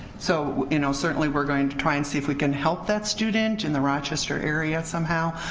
so you know certainly we're going to try and see if we can help that student in the rochester area somehow,